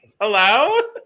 hello